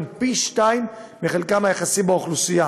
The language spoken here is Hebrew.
הוא פי שניים מחלקם היחסי באוכלוסייה,